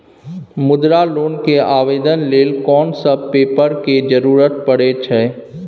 मुद्रा लोन के आवेदन लेल कोन सब पेपर के जरूरत परै छै?